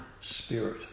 spirit